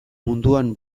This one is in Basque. munduan